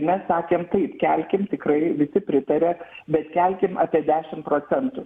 mes sakėm taip kelkim tikrai visi pritaria bet kelkim apie dešimt procentų